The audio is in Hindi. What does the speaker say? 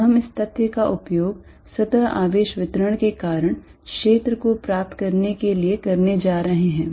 अब हम इस तथ्य का उपयोग सतह आवेश वितरण के कारण क्षेत्र को प्राप्त करने के लिए करने जा रहे हैं